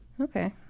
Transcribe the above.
Okay